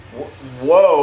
Whoa